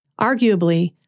Arguably